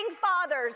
fathers